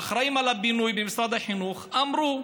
האחראים לבינוי במשרד החינוך אמרו: